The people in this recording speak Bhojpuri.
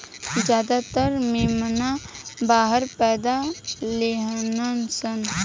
ज्यादातर मेमना बाहर पैदा लेलसन